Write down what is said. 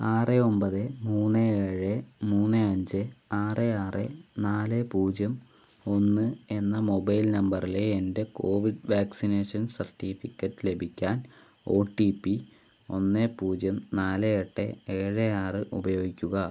ആറ് ഒമ്പത് മൂന്ന് ഏഴ് മൂന്ന് അഞ്ച് ആറ് ആറ് നാല് പൂജ്യം ഒന്ന് എന്ന മൊബൈൽ നമ്പറിലെ എന്റെ കോവിഡ് വാക്സിനേഷൻ സർട്ടിഫിക്കറ്റ് ലഭിക്കാൻ ഒ ടി പി ഒന്ന് പൂജ്യം നാല് എട്ട് ഏഴ് ആറ് ഉപയോഗിക്കുക